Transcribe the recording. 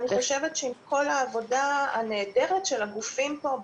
אני חושבת שעם כל העבודה הנהדרת של הגופים פה,